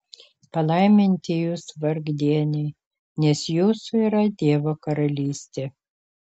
palaiminti jūs vargdieniai nes jūsų yra dievo karalystė